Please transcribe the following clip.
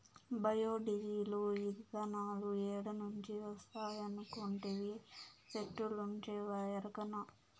bio diesel, ఇతనాలు ఏడ నుంచి వస్తాయనుకొంటివి, సెట్టుల్నుంచే ఎరకనా